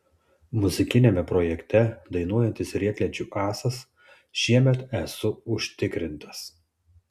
muzikiniame projekte dainuojantis riedlenčių ąsas šiemet esu užtikrintas